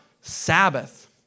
Sabbath